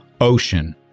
ocean